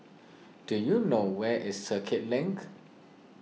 do you know where is Circuit Link